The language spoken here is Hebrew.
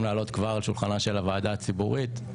כבר לעלות על שולחנה של הוועדה הציבורית: